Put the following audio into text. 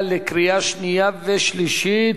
16 בעד, שניים נגד,